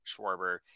Schwarber